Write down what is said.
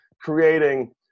creating